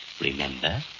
remember